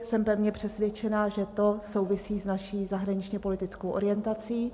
Jsem pevně přesvědčena, že to souvisí s naší zahraničněpolitickou orientací.